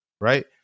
Right